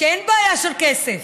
שאין בעיה של כסף.